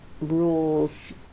rules